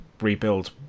rebuild